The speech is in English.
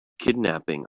kidnapping